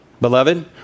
beloved